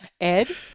Ed